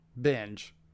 binge